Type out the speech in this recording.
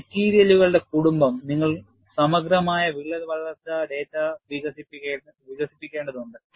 മെറ്റീരിയലുകളുടെ കുടുംബം നിങ്ങൾ സമഗ്രമായ വിള്ളൽ വളർച്ചാ ഡാറ്റ വികസിപ്പിക്കേണ്ടതുണ്ട്